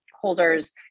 holders